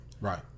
Right